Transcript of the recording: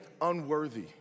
unworthy